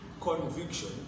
conviction